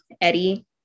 Eddie